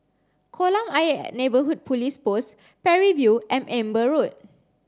Kolam Ayer Neighbourhood Police Post Parry View and Amber Road